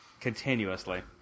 Continuously